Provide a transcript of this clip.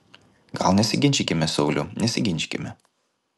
gal nesiginčykime sauliau nesiginčykime